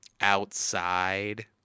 outside